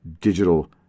digital